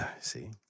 see